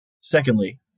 Secondly